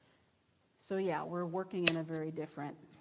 so yeah, we're working in a very different,